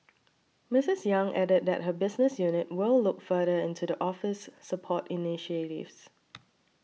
Missus Yang added that her business unit will look further into the Office's support initiatives